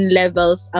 levels